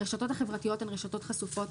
הרשתות החברתיות הן רשתות חשופות.